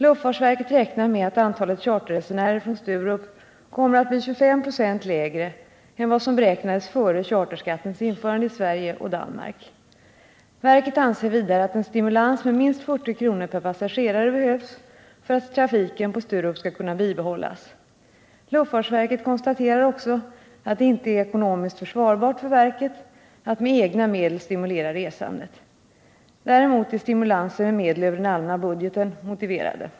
Luftfartsverket räknar med att antalet charterresenärer från Sturup kommer att bli 25 92 lägre än vad som beräknades före charterskattens införande i Sverige och Danmark. Verket anser vidare att en stimulans med minst 40 kr. per passagerare behövs för att trafiken på Sturup skall kunna bibehållas. Luftfartsverket konstaterar också att det inte är ekonomiskt försvarbart för verket att med egna medel stimulera resandet. Däremot är stimulanser med medel över den allmänna budgeten motiverade.